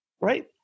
Right